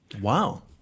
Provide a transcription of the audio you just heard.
wow